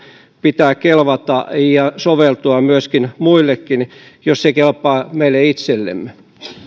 pitää kelvata ja soveltua myös muillekin jos se kelpaa meille itsellemme